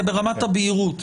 זה ברמת הבהירות.